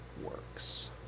works